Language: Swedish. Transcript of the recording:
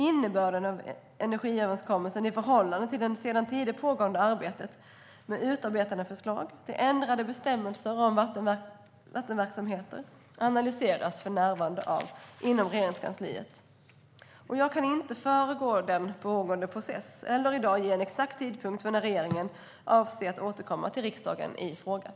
Innebörden av energiöverenskommelsen i förhållande till det sedan tidigare pågående arbetet med utarbetande av förslag till ändrade bestämmelser för vattenverksamheter analyseras för närvarande inom Regeringskansliet. Jag kan inte föregå den pågående processen eller i dag ge en exakt tidpunkt för när regeringen avser att återkomma till riksdagen i frågan.